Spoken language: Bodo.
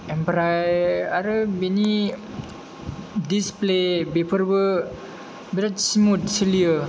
ओमफ्राय आरो बिनि दिसप्ले बेफोरबो बिराद स्मुथ सोलियो